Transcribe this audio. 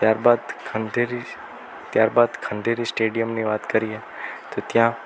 ત્યારબાદ ખંડેરી ત્યારબાદ ખંડેરી સ્ટેડિયમની વાત કરીએ તો ત્યા